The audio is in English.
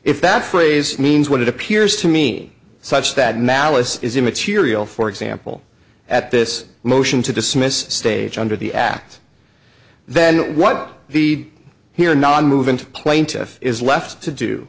if that phrase means what it appears to me such that malice is immaterial for example at this motion to dismiss stage under the act then what the hearer nonmoving to plaintiff is left to do